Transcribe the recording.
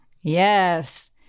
Yes